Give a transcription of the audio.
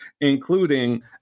including